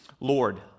Lord